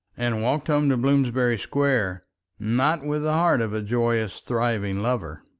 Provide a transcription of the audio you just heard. and walked home to bloomsbury square not with the heart of a joyous thriving lover.